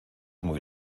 muy